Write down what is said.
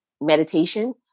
meditation